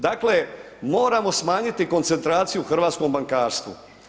Dakle, moramo smanjiti koncentraciju u hrvatskom bankarstvu.